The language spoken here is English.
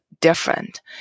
different